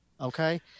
Okay